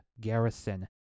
garrison